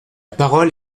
parole